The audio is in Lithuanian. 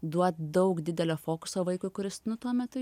duot daug didelio fokuso vaikui kuris nu tuo metu